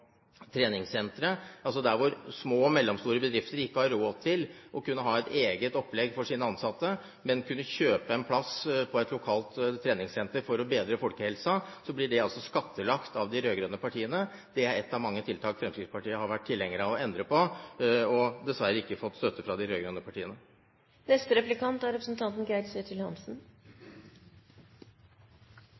treningssentre. Der hvor små og mellomstore bedrifter ikke har råd til å kunne ha et eget opplegg for sine ansatte, men vil kjøpe en plass på et lokalt treningssenter for å bedre folkehelsen, blir det skattlagt av de rød-grønne partiene. Det er et av mange tiltak Fremskrittspartiet har vært tilhenger av å endre på, men dessverre ikke har fått støtte fra de rød-grønne partiene